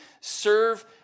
serve